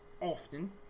often